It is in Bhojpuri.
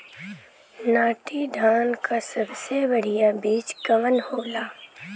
नाटी धान क सबसे बढ़िया बीज कवन होला?